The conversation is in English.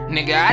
Nigga